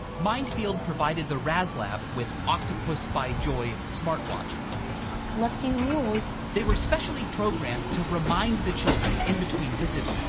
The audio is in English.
mind field provided the raz lab with octopus by joy, smartwatches. lefty rules. they were specially programmed to remind the children in between visits,